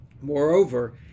Moreover